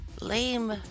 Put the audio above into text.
lame